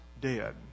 dead